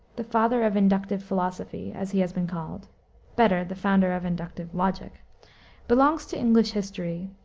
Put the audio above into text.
the father of inductive philosophy, as he has been called better, the founder of inductive logic belongs to english history,